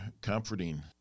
comforting